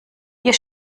ihr